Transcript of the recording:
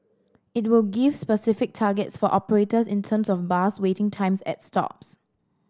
it will give specific targets for operators in terms of bus waiting times at stops